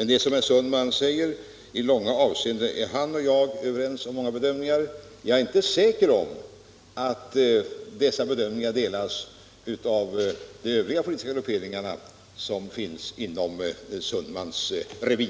är riktigt som herr Sundman säger, att han och jag i långa stycken är överens i våra bedömningar. Men jag är inte alls säker på att dessa bedömningar delas av de övriga politiska grupperingarna och intressena som finns inom herr Sundmans politiska revir.